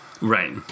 Right